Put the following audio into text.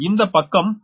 இந்த பக்கம் h